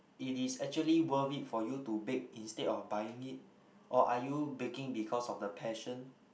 it is actually worth it for you to bake instead of buying it or are you baking because of the passion